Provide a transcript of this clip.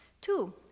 Two